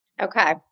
Okay